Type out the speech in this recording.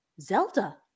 Zelda